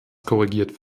korrigiert